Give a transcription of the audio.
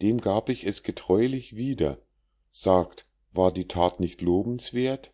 dem gab ich es getreulich wieder sagt war die that nicht lobenswerth